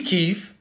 Keith